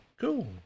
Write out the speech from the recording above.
cool